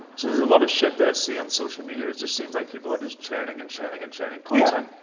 there's a lot of shit that i see on social media, it just seems like people are just churning and churning and churning content.